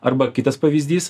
arba kitas pavyzdys